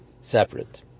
separate